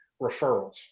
Referrals